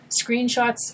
screenshots